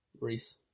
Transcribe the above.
Reese